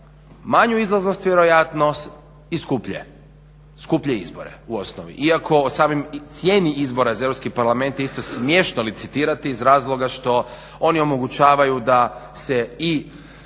manju izlaznost vjerojatno i skuplje izbore u osnovi. Iako samim cijeni izbora za EU parlament je smiješno licitirati iz razloga što oni omogućavaju da se i